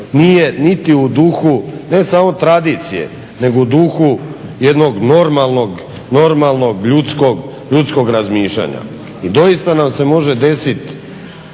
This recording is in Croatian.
nije niti u duhu ne samo tradicije nego u duhu jednog normalnog ljudskog razmišljanja. I doista nam se može desiti